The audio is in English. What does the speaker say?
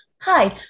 hi